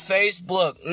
Facebook